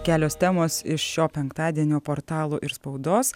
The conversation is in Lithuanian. kelios temos iš šio penktadienio portalo ir spaudos